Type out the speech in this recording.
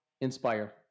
inspire